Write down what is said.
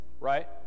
Right